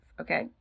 okay